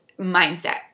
mindset